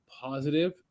positive